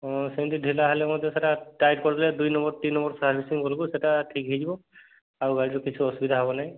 ହୁଁ ସେମିତି ଢିଲା ହେଲେ ମଧ୍ୟ ସେଇଟା ଟାଇଟ୍ କରିଦେଲେ ଦୁଇ ନମ୍ବର୍ ତିନି ନମ୍ବର୍ ସର୍ଭିସିଙ୍ଗ୍ କରୁକୁରୁ ସେଇଟା ଠିକ୍ ହେଇଯିବ ଆଉ ଗାଡ଼ିର କିଛି ଅସୁବିଧା ହେବ ନାହିଁ